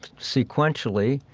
sequentially,